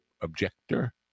objector